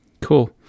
Cool